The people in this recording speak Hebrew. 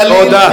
גליל,